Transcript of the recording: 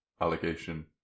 allegation